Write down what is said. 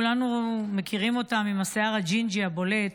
כולנו מכירים אותם, עם השיער הג'ינג'י הבולט